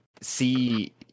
see